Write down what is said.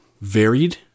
varied